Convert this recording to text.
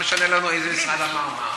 מה משנה לנו איזה משרד אמר מה?